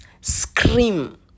scream